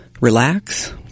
relax